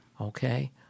Okay